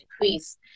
decrease